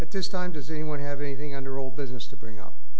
at this time does anyone have anything under old business to bring